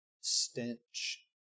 stench